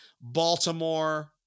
Baltimore